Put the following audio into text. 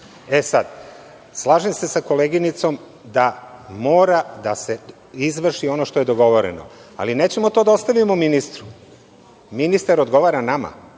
uradimo. Slažem se sa koleginicom da mora da se izvrši ono što je dogovoreno, ali nećemo to da ostavimo ministru. Ministar odgovara nama,